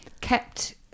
kept